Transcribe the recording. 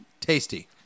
tasty